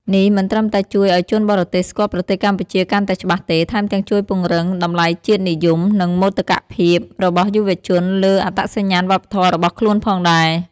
នេះមិនត្រឹមតែជួយឱ្យជនបរទេសស្គាល់ប្រទេសកម្ពុជាកាន់តែច្បាស់ទេ ថែមទាំងជួយពង្រឹង តម្លៃជាតិនិយម និងមោទកភាពរបស់យុវជនលើអត្តសញ្ញាណវប្បធម៌របស់ខ្លួនផងដែរ។